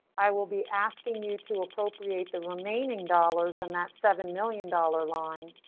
i will be asking you to appropriate the remaining dollars in that seven million dollars line,